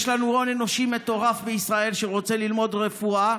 יש לנו הון אנושי מטורף בישראל שרוצה ללמוד רפואה.